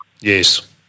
Yes